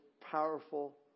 powerful